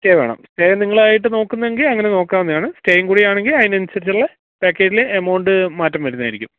stay വേണം stay നിങ്ങളായിട്ട് നോക്കുകയാണെങ്കില് അങ്ങനെ നോക്കാവുന്നതാണ് സ്റ്റേയും കൂടി വേണമെങ്കില് അതിനനുസരിച്ചുള്ള പാക്കേജില് എമൗണ്ട് മാറ്റം വരുന്നതായിരിക്കും